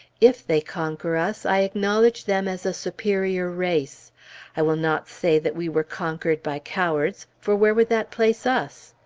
if they conquer us, i acknowledge them as a superior race i will not say that we were conquered by cowards, for where would that place us?